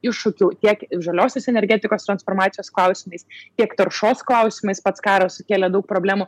iššūkių tiek žaliosios energetikos transformacijos klausimais tiek taršos klausimais pats karas sukėlė daug problemų